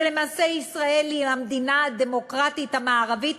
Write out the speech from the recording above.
שלמעשה ישראל היא המדינה הדמוקרטית המערבית